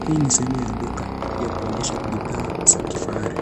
Hii ni sehemu ya duka ya kuonyesha bidhaa za kifahari